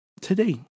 today